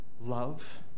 Love